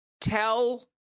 tell